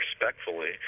respectfully